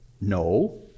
no